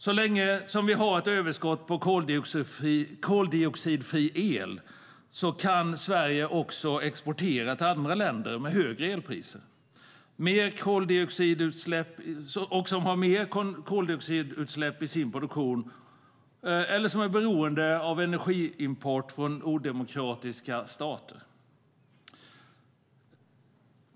Så länge som vi har ett överskott på koldioxidfri el kan Sverige också exportera till länder med högre elpriser och som har mer koldioxidutsläpp i sin produktion eller som är beroende av energiimport från odemokratiska stater.